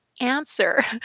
answer